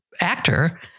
actor